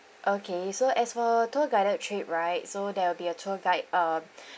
okay so as for tour guided trip right so there will be a tour guide uh